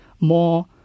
more